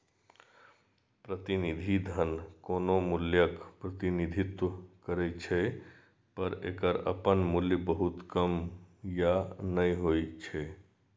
प्रतिनिधि धन कोनो मूल्यक प्रतिनिधित्व करै छै, पर एकर अपन मूल्य बहुत कम या नै होइ छै